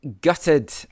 gutted